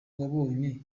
wabonye